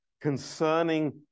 concerning